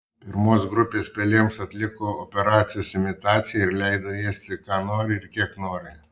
pirmos grupės pelėms atliko operacijos imitaciją ir leido ėsti ką nori ir kiek nori